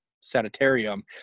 sanitarium